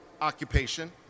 occupation